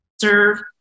serve